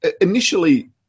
initially